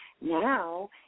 Now